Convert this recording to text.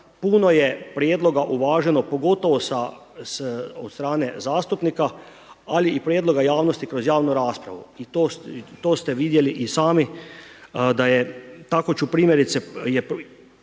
Puno je prijedloga uvaženo, pogotovo od strane zastupnika, ali i prijedloga javnosti kroz javnu raspravu i to ste vidjeli i sami da je tako ću primjerice,